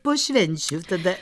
po švenčių tada